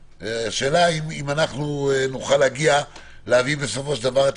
השאלה אם אנחנו נוכל להביא בסופו של דבר את